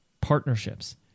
partnerships